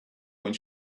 when